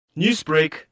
Newsbreak